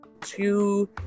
two